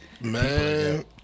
man